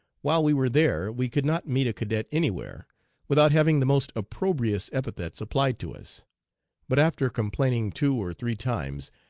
while we were there we could not meet a cadet anywhere without having the most opprobrious epithets applied to us but after complaining two or three times,